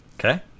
Okay